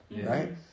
right